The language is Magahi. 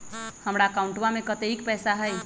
हमार अकाउंटवा में कतेइक पैसा हई?